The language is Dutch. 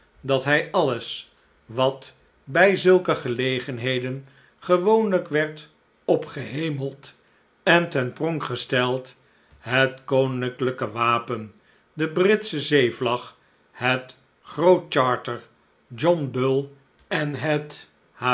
dat hij alles watbij zulke gelegenheden gewoonlijk werd opgehemeld en te pronk gesteld het koninklijke wapen de britsche zeevlag het groot charter john bull en het